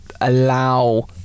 allow